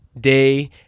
day